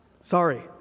Sorry